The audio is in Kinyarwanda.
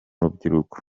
rubyiruko